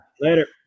Later